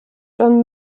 john